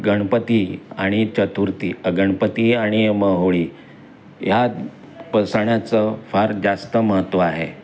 गणपती आणि चतुर्थी गणपती आणि होळी ह्या प सणाचं फार जास्त महत्त्व आहे